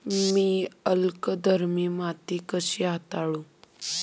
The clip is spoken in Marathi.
मी अल्कधर्मी माती कशी हाताळू?